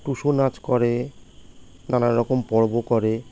টুসু নাচ করে নানা রকম পর্ব করে